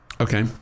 Okay